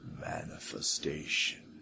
manifestation